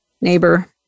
neighbor